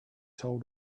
told